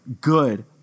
good